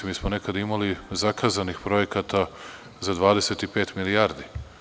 Mi smo nekada imali zakazanih projekata za 25 milijardi.